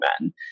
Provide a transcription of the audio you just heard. men